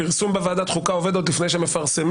הפרסום בוועדת החוקה עובד עוד לפני שמפרסמים.